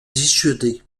dissuader